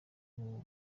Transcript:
ubu